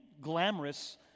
glamorous